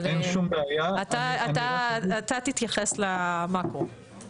אתה תתייחס למאקרו.